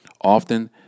Often